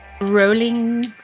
Rolling